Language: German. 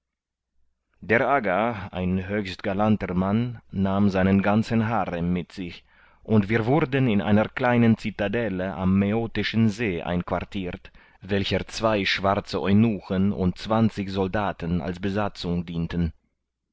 der aga ein höchst galanter mann nahm seinen ganzen harem mit sich und wir wurden in einer kleinen citadelle am mäotischen see einquartirt welcher zwei schwarze eunuchen und zwanzig soldaten als besatzung dienten